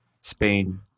Spain